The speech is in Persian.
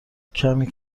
کمی